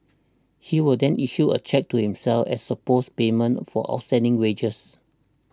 he will then issue a cheque to himself as supposed payment for outstanding wages